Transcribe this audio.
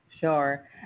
Sure